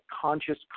conscious